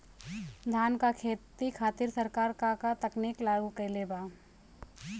धान क खेती खातिर सरकार का का तकनीक लागू कईले बा?